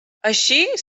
així